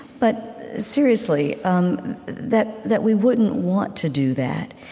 but seriously um that that we wouldn't want to do that.